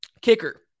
kicker